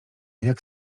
jak